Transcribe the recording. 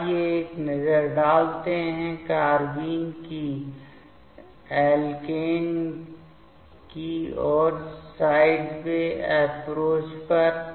तो आइए एक नजर डालते हैं कार्बाइन के एल्केन की ओर साइडवे अप्रोच पर